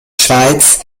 schweiz